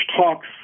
talks